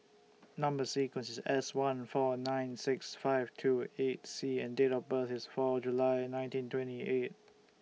Number sequence IS S one four nine six five two eight C and Date of birth IS four July nineteen twenty eight